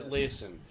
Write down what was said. listen